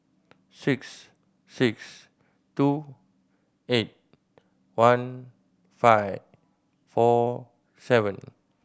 six six two eight one five four seven